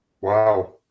Wow